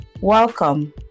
welcome